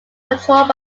controlled